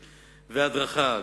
והדרכה,